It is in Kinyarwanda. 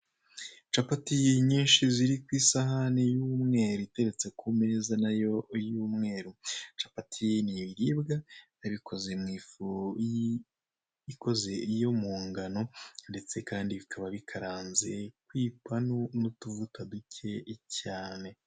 Capati nyinshi ziri ku isahani y'umweruu iteretse ku meza nayo y'umweru, capati ni ibiribwa biba bikoze mu ifu ikoze yo mu ngano ndetse kandi bikaba bikaranze ku ipanu n'utuvuta duke cyane.